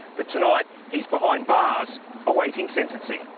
but tonight he's behind bars awaiting sentencing.